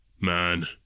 Man